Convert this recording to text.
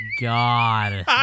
god